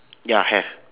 ya have